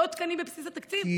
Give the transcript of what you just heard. לא תקנים בבסיס התקציב,